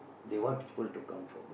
they want people to come forward